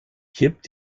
kippt